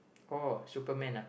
oh Superman ah